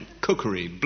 Cookery